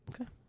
Okay